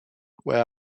where